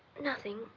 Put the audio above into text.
nothing.